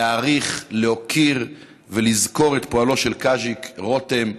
להעריך, להוקיר ולזכור את פועלו של קאז'יק רותם,